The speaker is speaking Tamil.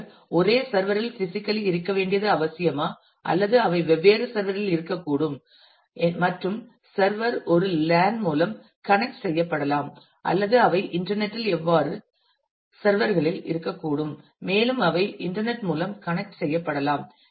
அவர்கள் ஒரே சர்வர் இல் பிசிக்கல்லி இருக்க வேண்டியது அவசியமா அல்லது அவை வெவ்வேறு சர்வர் இல் இருக்கக்கூடும் மற்றும் சர்வர் ஒரு லேன் மூலம் கணக்ட் செய்யப்படலாம் அல்லது அவை இன்டர்நெட் இல் வெவ்வேறு சர்வர் களில் இருக்கக்கூடும் மேலும் அவை இன்டர்நெட் மூலம் கணக்ட் செய்யப்படலாம்